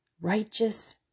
righteous